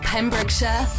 Pembrokeshire